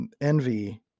envy